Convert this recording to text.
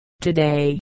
Today